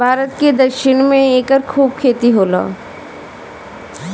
भारत के दक्षिण में एकर खूब खेती होखेला